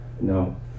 No